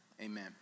amen